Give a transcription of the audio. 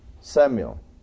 Samuel